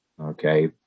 okay